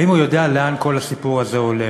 האם הוא יודע לאן כל הסיפור הזה הולך.